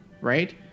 Right